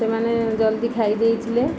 ସେମାନେ ଜଲ୍ଦି ଖାଇଦେଇଥିଲେ